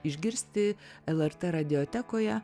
išgirsti lrt radiotekoje